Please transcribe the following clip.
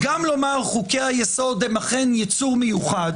גם לומר שחוקי היסוד הם אכן ייצור מיוחד